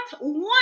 one